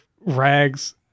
rags